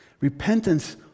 Repentance